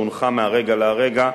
שהונחה מהרגע להרגע,